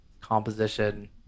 composition